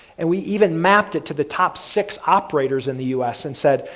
and we even mapped it to the top six operators in the us and said,